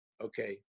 okay